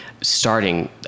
starting